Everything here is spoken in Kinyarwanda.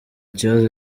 kibazo